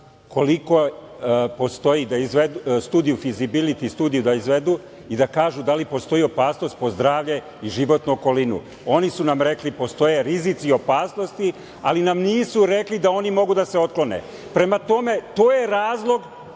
koliko postoji, studiju Feasibility da izvedu i da kažu da li postoji opasnost po zdravlje i životnu okolinu. Oni su nam rekli – postoje rizici i opasnosti, ali nam nisu rekli da oni mogu da se otklone. Prema tome, to je razlog